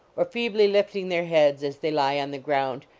or feebly lifting their heads as they lie on the ground,